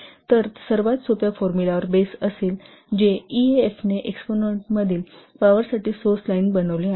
तर ते सर्वात सोप्या फॉर्मुलावर बेस असेल जे ईएएफ ने एक्सपोनंन्टतील पॉवर साठी सोर्स लाईन काय बनवले